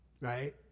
right